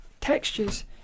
textures